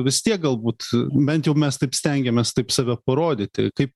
vis tiek galbūt bent jau mes taip stengiamės taip save parodyti kaip